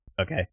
Okay